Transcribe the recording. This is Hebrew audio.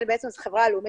וזה מתנהל כבר ממתי?